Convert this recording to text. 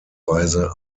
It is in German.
weise